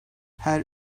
her